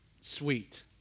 sweet